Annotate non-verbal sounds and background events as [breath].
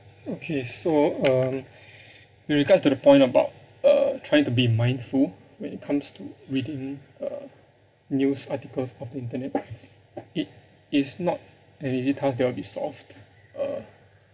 okay so um [breath] with regards to the point about uh trying to be mindful when it comes to reading uh news articles of the internet it is not an easy task that will be solved uh